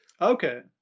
okay